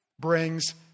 brings